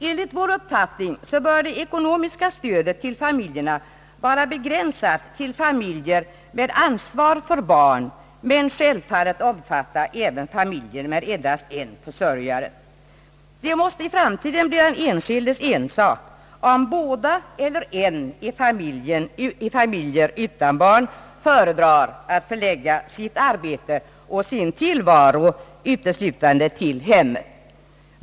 Enligt vår uppfattning bör det ekonomiska stödet till familjerna vara begränsat till familjer med ansvar för barn men skall självfallet omfatta även familjer med endast en försörjare. Det måste i framtiden bli den enskildes ensak om båda eller en i familjer utan barn föredrar att förlägga sitt arbete och sin tillvaro uteslutande till hemmet.